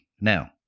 Now